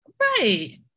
right